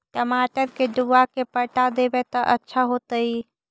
टमाटर के डुबा के पटा देबै त अच्छा होतई?